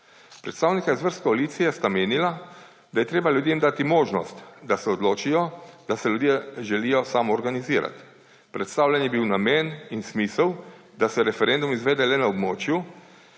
Predstavnika iz vrst koalicije sta menila, da je treba ljudem dati možnost, da se odločijo, da se ljudje želijo samoorganizirati. Predstavljen je bil namen in smisel, da se referendum izvede le na območju,